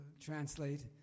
translate